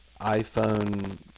iPhone